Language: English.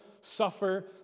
suffer